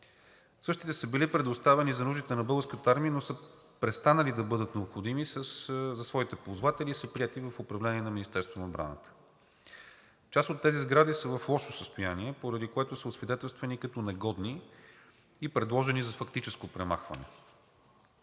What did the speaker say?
Същите са били предоставени за нуждите на Българската армия, но са престанали да бъдат необходими за своите ползватели и са приети в управление на Министерството на отбраната. Част от тези сгради са в лошо състояние, поради което са освидетелствани като негодни и са предложени за фактическо премахване.